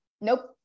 Nope